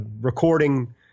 recording